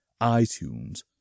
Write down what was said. iTunes